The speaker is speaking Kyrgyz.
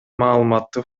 маалыматты